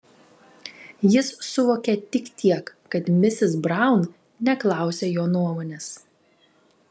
jis suvokė tik tiek kad misis braun neklausia jo nuomonės